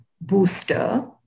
booster